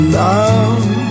love